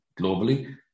globally